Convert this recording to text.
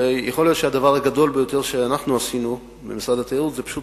ויכול להיות שהדבר הגדול ביותר שאנחנו עשינו במשרד התיירות זה פשוט,